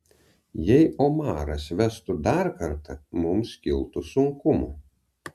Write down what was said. jei omaras vestų dar kartą mums kiltų sunkumų